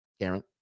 Karen